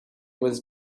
was